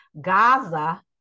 Gaza